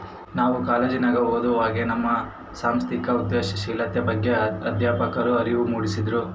ನಾವು ಕಾಲೇಜಿನಗ ಓದುವಾಗೆ ನಮ್ಗೆ ಸಾಂಸ್ಥಿಕ ಉದ್ಯಮಶೀಲತೆಯ ಬಗ್ಗೆ ಅಧ್ಯಾಪಕ್ರು ಅರಿವು ಮೂಡಿಸಿದ್ರು